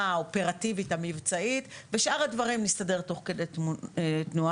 האופרטיבית המבצעית ושאר הדברים נסתדר תוך כדי תנועה.